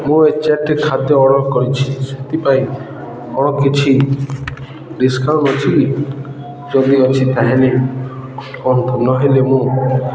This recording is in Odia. ମୁଁ ଏ ଚାରୋଟି ଖାଦ୍ୟ ଅର୍ଡ଼ର କରିଛି ସେଥିପାଇଁ କ'ଣ କିଛି ଡିସ୍କାଉଣ୍ଟ ଅଛି କି ଯଦି ଅଛି ତାହେଲେ କୁହନ୍ତୁ ନହେଲେ ମୁଁ